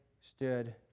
stood